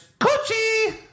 coochie